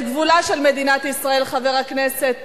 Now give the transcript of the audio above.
את גבולה של מדינת ישראל, חבר הכנסת